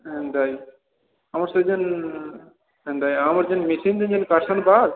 ଏନ୍ତା କି ଆମର ସେ ଯେନ୍ ଏନ୍ତା କି ଆମର ଯେମ୍ତି ମେସିନ୍ରେ ଯେନ୍ କାଟୁସନ୍ତି ବାଲ୍